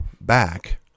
back